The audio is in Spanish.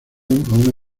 una